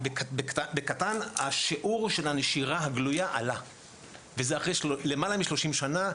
שבקטן השיעור של הנשירה הגלויה עלה וזה אחרי שלמעלה משלושים שנה,